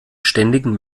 ständigen